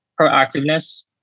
proactiveness